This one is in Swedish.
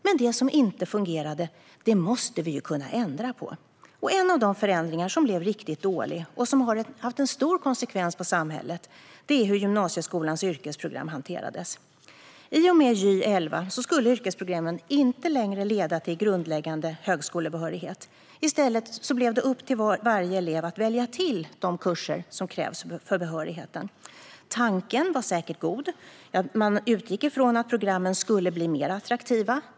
Men det som inte fungerade måste vi kunna ändra på. En av de förändringar som blev riktigt dålig och som har haft stora konsekvenser för samhället är hur gymnasieskolans yrkesprogram hanterades. I och med gymnasiereformen 2011 skulle yrkesprogrammen inte längre leda till grundläggande högskolebehörighet. I stället blev det upp till varje elev att välja till de kurser som krävs för behörigheten. Tanken var säkert god. Man utgick ifrån att programmen skulle bli mer attraktiva.